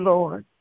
Lord